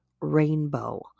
rainbow